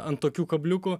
ant tokių kabliukų